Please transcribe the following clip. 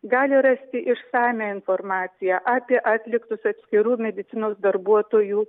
gali rasti išsamią informaciją apie atliktus atskirų medicinos darbuotojų